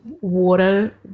water